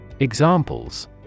Examples